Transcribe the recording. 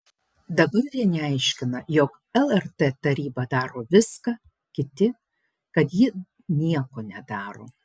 dabar vieni aiškina jog lrt taryba daro viską kiti kad ji nieko nedaro